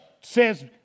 says